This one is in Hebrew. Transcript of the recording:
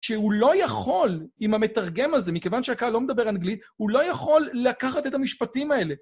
שהוא לא יכול, עם המתרגם הזה, מכיוון שהקהל לא מדבר אנגלית, הוא לא יכול לקחת את המשפטים האלה.